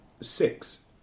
six